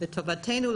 לטובתנו,